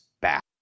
back